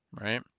right